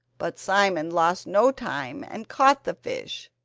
but simon lost no time and caught the fish,